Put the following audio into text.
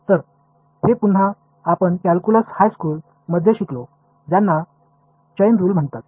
இது மீண்டும் நாம் உயர்நிலைப் பள்ளியில் படித்த கால்குலஸ் இல் உள்ள செயின் ரூல் ஆகும்